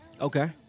Okay